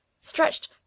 stretched